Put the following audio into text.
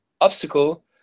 obstacle